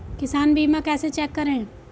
किसान बीमा कैसे चेक करें?